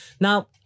Now